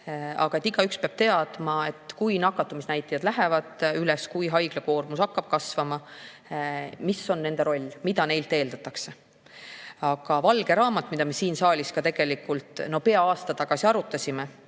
Igaüks peab teadma, et kui nakatumisnäitajad lähevad üles ja haiglate koormus hakkab kasvama, siis mis on nende roll ja mida neilt oodatakse. Valge raamat, mida me siin saalis tegelikult peaaegu aasta tagasi arutasime